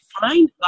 find